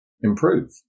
improve